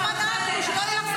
גם אנחנו, שלא יהיה לך